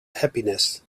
happiness